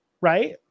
right